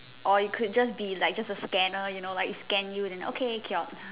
or you could just be like just a scanner you know like it scan you like okay cured